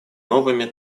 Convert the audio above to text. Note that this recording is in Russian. новыми